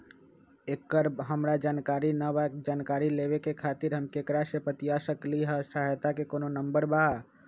एकर हमरा जानकारी न बा जानकारी लेवे के खातिर हम केकरा से बातिया सकली ह सहायता के कोनो नंबर बा?